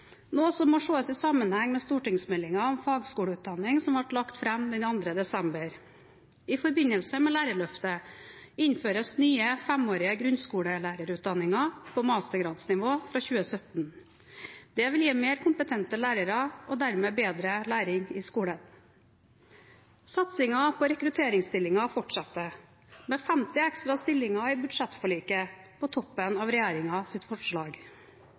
må ses i sammenheng med stortingsmeldingen om fagskoleutdanning som ble lagt fram den 2. desember. I forbindelse med Lærerløftet innføres nye, femårige grunnskolelærerutdanninger på mastergradsnivå fra 2017. Det vil gi mer kompetente lærere og dermed bedre læring i skolen. Satsingen på rekrutteringsstillinger fortsetter, med 50 ekstra stillinger i budsjettforliket på toppen av regjeringens forslag.